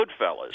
Goodfellas